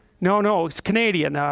no. no, it's canadian. ah,